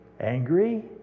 angry